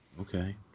Okay